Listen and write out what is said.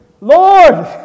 Lord